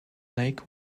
lake